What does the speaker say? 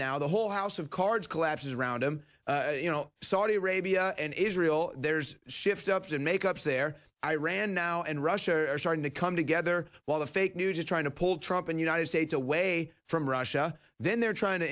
now the whole house of cards collapses around him you know saudi arabia and israel there's shift ups and make ups there iran now and russia are starting to come together while the fake news is trying to pull trump and united states away from russia then they're trying to